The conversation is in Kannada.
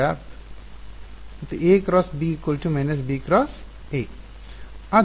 ಆದ್ದರಿಂದ n ಮಧ್ಯಕ್ಕೆ ಸರಿಯಾಗಿ ಬರುತ್ತದೆ